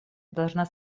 должна